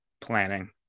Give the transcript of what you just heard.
planning